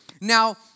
Now